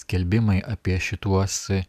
skelbimai apie šituos